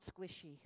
squishy